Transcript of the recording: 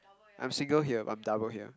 I'm single here I'm double here